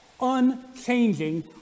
unchanging